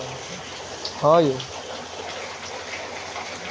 ई सार्वजनिक आ निजी कंपनी लेल वित्तीय लेखांकन आ रिपोर्टिंग मानक स्थापित करै छै